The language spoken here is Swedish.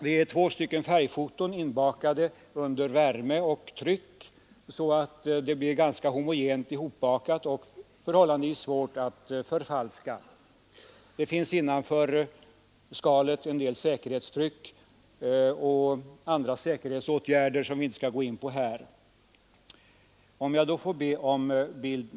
Det är två färgfoton inbakade under värme och tryck, så att kortet blir ganska homogent strukturerat och förhållandevis svårt att förfalska. Innanför skalet finns en del s.k. säkerhetstryck, och andra säkerhetsåtgärder som vi inte skall ingå på här har också vidtagits.